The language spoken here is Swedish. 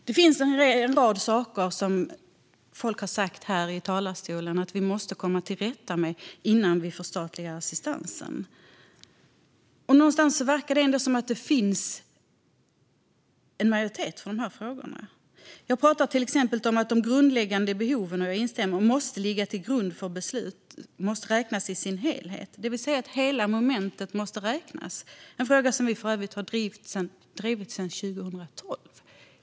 Det har i talarstolen räknats upp ett antal saker vi måste komma till rätta med innan vi förstatligar assistansen. Det verkar finnas en majoritet för att de grundläggande behov som ligger till grund för beslut måste räknas i sin helhet, det vill säga att hela momentet måste räknas. Denna fråga har Sverigedemokraterna för övrigt drivit sedan 2012.